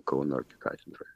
kauno arkikatedroj